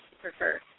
prefer